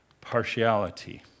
partiality